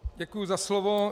Děkuji za slovo.